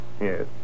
Yes